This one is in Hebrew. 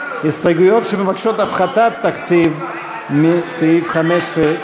הסתייגויות שמבקשות הפחתת תקציב מסעיף 15,